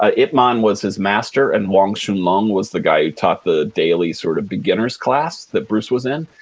ah ip man was his master and wong shun leung was the guy who taught the daily sort of beginners class that bruce was in.